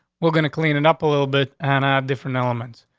we're gonna clean it up a little bit on a different elements.